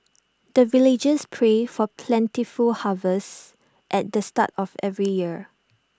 the villagers pray for plentiful harvest at the start of every year